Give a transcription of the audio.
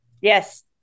Yes